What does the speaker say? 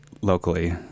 locally